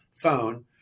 phone